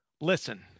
Listen